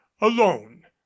alone